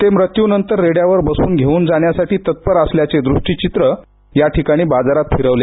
ते मृत्यूनंतर रेड्यावर बसवून घेऊन जाण्यासाठी तत्पर असल्याचे दृश्यचित्र बाजारात फिरवले